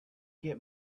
get